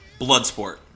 Bloodsport